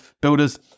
builders